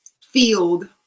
field